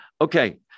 Okay